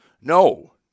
No